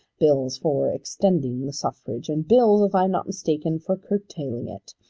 bills for extending the suffrage, and bills, if i am not mistaken, for curtailing it.